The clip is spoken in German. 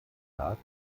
tat